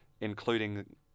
including